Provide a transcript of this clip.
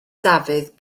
dafydd